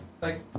Thanks